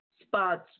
spots